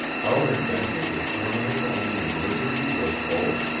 our adventure would terminate only in misery to us both?